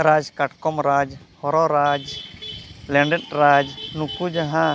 ᱨᱟᱡᱽ ᱠᱟᱴᱠᱚᱢᱨᱟᱡᱽ ᱦᱚᱨᱚᱨᱟᱡᱽ ᱞᱮᱸᱰᱮᱫᱨᱟᱡᱽ ᱱᱩᱠᱩ ᱡᱟᱦᱟᱸ